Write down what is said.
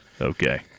Okay